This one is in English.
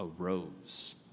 arose